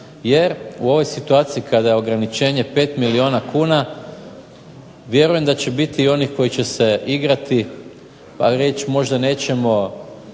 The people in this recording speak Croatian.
jer u ovoj situaciji kada je ograničenje 5 milijuna kuna, vjerujem da će biti i onih koji će se igrati pa reći možda nećemo